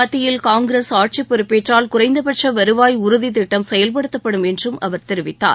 மத்தியில் காங்கிரஸ் ஆட்சி பொறுப்பேற்றால் குறைந்தபட்ச வருவாய் உறுதித் திட்டம் செயல்படுத்தப்படும் என்றும் அவர் தெரிவித்தார்